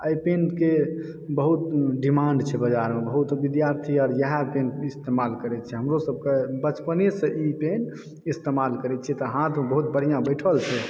एहि पेन के बहुत डिमांड छै बजार मे बहुत विद्यार्थी अर इएह पेन इस्तेमाल करय छै हमरो सबके बचपने सॅं ई पेन इस्तेमाल करै छीयै तऽ हाथ बहुत बढ़िऑं बैठल छै